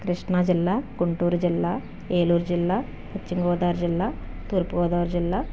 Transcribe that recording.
కృష్ణాజిల్లా గుంటూరుజిల్లా ఏలూరుజిల్లా పశ్చిమగోదావరిజిల్లా తూర్పుగోదావరిజిల్లా